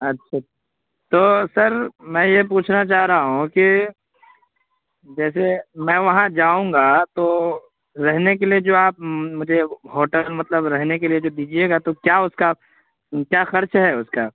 اَچّھا تو سر میں یہ پوچھنا چاہ رہا ہوں کہ جیسے میں وہاں جاؤں گا تو رہنے کے لیے جو آپ مجھے ہوٹل مطلب رہنے کے لیے جو دیجیے گا تو کیا اس کا کیا خرچ ہے اس کا